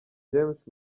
james